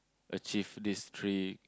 achieve this three